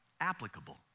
applicable